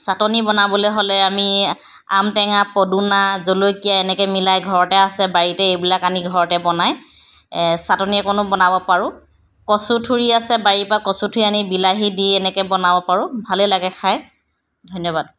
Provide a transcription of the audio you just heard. চাট্নি বনাবলৈ হ'লে আমি আম টেঙা পদুনা জলকীয়া এনেকৈ মিলাই ঘৰতে আছে বাৰীতে এইবিলাক আনি ঘৰতে বনাই এ চাট্নি অকণো বনাব পাৰোঁ কচু ঠুৰি আছে বাৰী পৰা কচু ঠুৰি আনি বিলাহী দি এনেকৈ বনাব পাৰোঁ ভালে লাগে খাই ধন্যবাদ